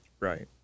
Right